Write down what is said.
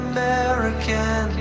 American